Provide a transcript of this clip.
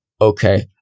okay